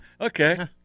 Okay